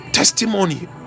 Testimony